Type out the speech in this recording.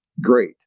great